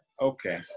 Okay